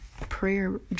prayer